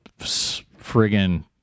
friggin